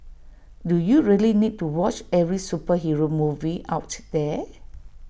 do you really need to watch every superhero movie out there